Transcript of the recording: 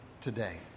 today